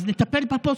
אז נטפל בפוסטה,